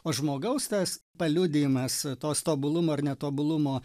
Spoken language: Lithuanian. o žmogaus tas paliudijimas tos tobulumo ir netobulumo